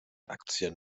aktien